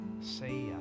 say